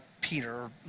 Peter